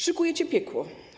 Szykujecie piekło.